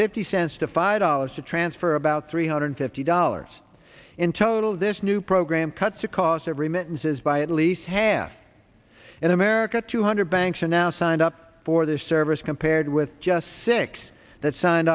fifty cents to five dollars to transfer about three hundred fifty dollars into total this new program cuts a cost of remittances by at least half in america two hundred banks are now signed up for their service compared with just six that signed